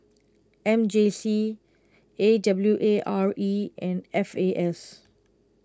M J C A W A R E and F A S